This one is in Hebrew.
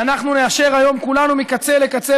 שאנחנו נאשר היום כולנו מקצה לקצה,